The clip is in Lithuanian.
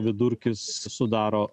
vidurkis sudaro